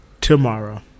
Tomorrow